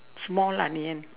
small onion